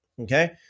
okay